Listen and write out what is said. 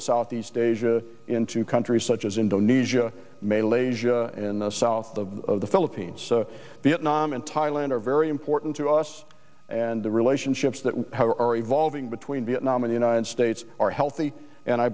in southeast asia into countries such as indonesia malay asia in the south of the philippines vietnam and thailand are very important to us and the relationships that are evolving between vietnam and united states are healthy and i